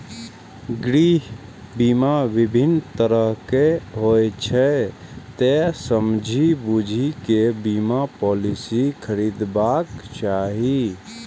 गृह बीमा विभिन्न तरहक होइ छै, तें समझि बूझि कें बीमा पॉलिसी खरीदबाक चाही